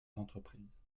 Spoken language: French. entreprises